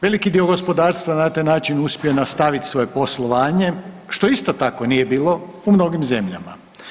Veliki dio gospodarstva na taj način uspio je nastaviti svoje poslovanje, što isto tako nije bilo u mnogih zemljama.